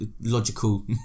logical